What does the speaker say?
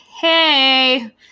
hey